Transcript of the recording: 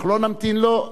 אנחנו לא נמתין לו.